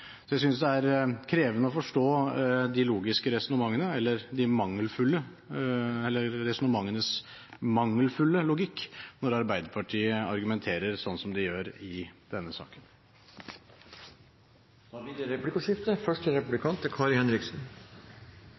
Jeg synes det er krevende å forstå resonnementenes mangelfulle logikk når Arbeiderpartiet argumenterer sånn som de gjør i denne saken. Det blir replikkordskifte. Først kan jeg jo registrere at noen dager på jobben er